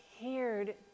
appeared